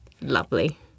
lovely